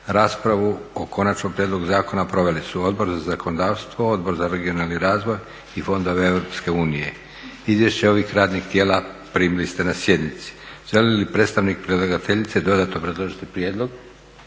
Raspravu o konačnom prijedlogu zakona proveli su Odbor za zakonodavstvo, Odbor za regionalni razvoj fondove EU. Izvješće ovih radnih tijela primili ste na sjednici. Želi li predstavnik predlagateljice dodatno obrazložiti prijedlog?